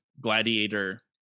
gladiator